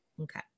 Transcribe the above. Okay